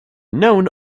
known